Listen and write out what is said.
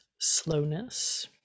slowness